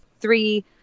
three